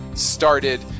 started